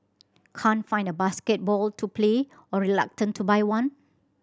can't find a basketball to play or reluctant to buy one